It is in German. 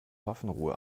waffenruhe